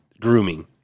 grooming